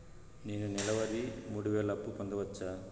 నేను నెల వారి మూడు వేలు అప్పు పొందవచ్చా?